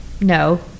No